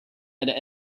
had